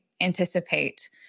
anticipate